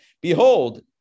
Behold